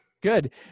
Good